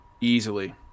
easily